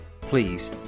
Please